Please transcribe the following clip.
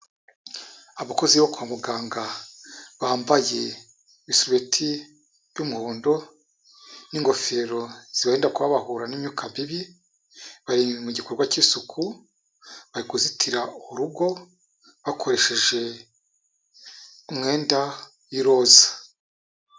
Abakozi bo kwa muganga bambaye ibisurubeti by'umuhondo n'ingofero zibarinda kuba bahura n'imyuka mibi; bari mu gikorwa k'isuku bari kuzitira urugo, bakoresheje umwenda w'iroza.